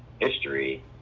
history